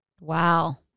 Wow